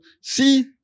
see